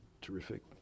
terrific